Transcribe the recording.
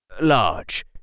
Large